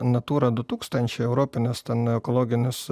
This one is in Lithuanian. natūra du tūkstančiai europinis ten ekologinis